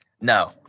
No